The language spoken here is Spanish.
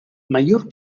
mayor